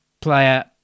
player